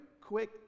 quick